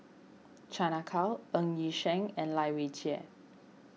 Chan Ah Kow Ng Yi Sheng and Lai Weijie